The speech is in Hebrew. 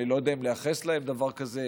אני לא יודע אם לייחס להם דבר כזה,